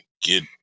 get